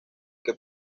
que